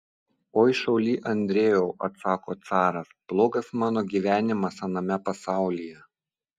oi šauly andrejau atsako caras blogas mano gyvenimas aname pasaulyje